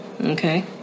okay